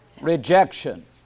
rejection